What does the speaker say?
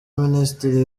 minisitiri